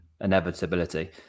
inevitability